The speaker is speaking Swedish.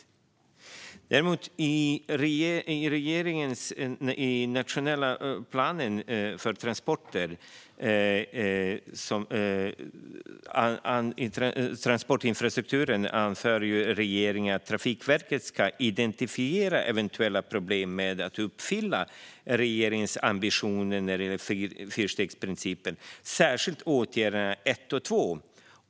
När det däremot gäller den nationella planen för transportinfrastrukturen anför regeringen att Trafikverket ska identifiera eventuella problem med att uppfylla regeringens ambitioner när det gäller fyrstegsprincipen, särskilt steg 1 och steg 2-åtgärder.